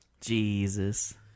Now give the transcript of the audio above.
Jesus